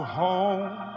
home